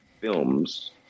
films